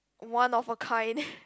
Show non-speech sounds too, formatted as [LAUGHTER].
one of a kind [LAUGHS]